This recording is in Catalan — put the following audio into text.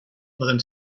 poden